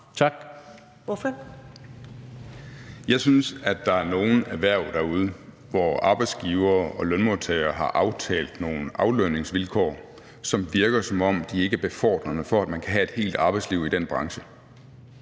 (LA): Jeg synes, at der er nogle erhverv derude, hvor arbejdsgivere og lønmodtagere har aftalt nogle aflønningsvilkår, der virker, som om de ikke er befordrende for, at man kan have et helt arbejdsliv i den branche.